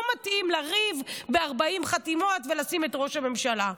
מתאים לריב בו ב-40 חתימות ולשים את ראש הממשלה.